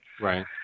Right